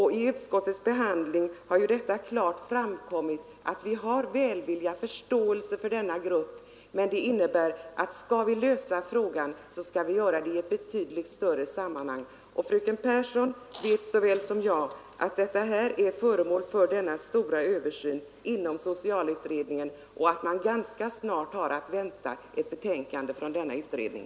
Vid utskottets behandling har det klart framkommit att vi har förståelse för denna grupp men att frågan måste lösas i ett betydligt större sammanhang. Fröken Pehrsson vet lika väl som jag att hela vårdlagstiftningen är föremål för en stor översyn inom socialutredningen och att vi snart har att vänta ett betänkande från denna utredning.